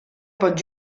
pot